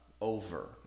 over